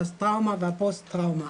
הטראומה והפוסט טראומה.